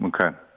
Okay